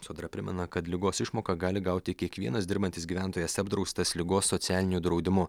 sodra primena kad ligos išmoką gali gauti kiekvienas dirbantis gyventojas apdraustas ligos socialiniu draudimu